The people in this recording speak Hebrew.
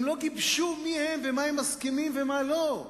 הם לא גיבשו מי הם, מה הם מסכימים ומה לא.